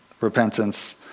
repentance